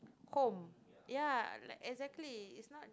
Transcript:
home ya like exactly is not